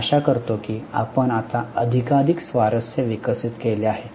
मी आशा करतो की आपण आता अधिकाधिक स्वारस्य विकसित केले आहे